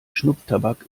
schnupftabak